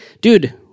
Dude